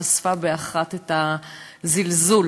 חשפה באחת את הזלזול